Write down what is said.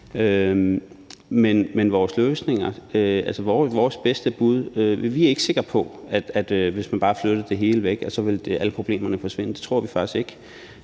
til de ting, vi diskuterer her, men vi er ikke sikre på, at hvis man bare flyttede det hele væk, ville alle problemerne forsvinde. Det tror vi faktisk ikke.